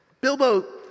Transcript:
Bilbo